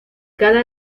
cada